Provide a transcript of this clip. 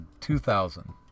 2000